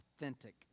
authentic